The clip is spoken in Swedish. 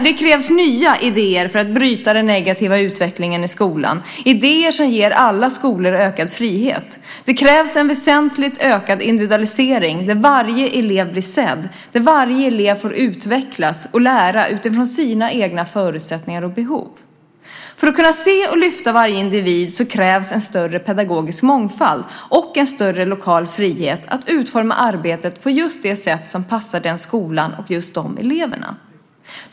Det krävs nya idéer för att bryta den negativa utvecklingen i skolan, idéer som ger alla skolor ökad frihet. Det krävs en väsentligt ökad individualisering, där varje elev blir sedd, där varje elev får utvecklas och lära utifrån sina egna förutsättningar och behov. För att kunna se och lyfta varje individ krävs en större pedagogisk mångfald och en större lokal frihet att utforma arbetet på just det sätt som passar den skolan och just de eleverna.